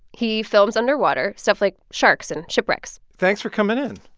he films underwater, stuff like sharks and shipwrecks thanks for coming in.